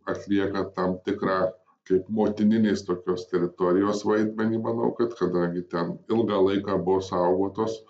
atlieka tam tikrą kaip motininės tokios teritorijos vaidmenį manau kad kadangi ten ilgą laiką buvo saugotos